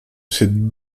ces